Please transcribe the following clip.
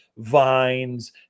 vines